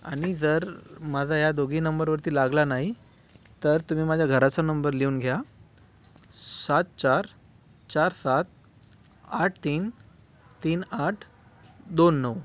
आणि जर माझा ह्या दोघी नंबरवरती लागला नाही तर तुम्ही माझ्या घराचा नंबर लिहून घ्या सात चार चार सात आठ तीन तीन आठ दोन नऊ